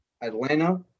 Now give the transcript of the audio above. Atlanta